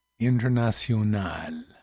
Internacional